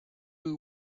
who